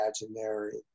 imaginary